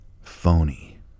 phony